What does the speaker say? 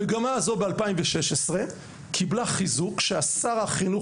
המגמה הזאת ב-2016 קיבלה חיזוק כששר החינוך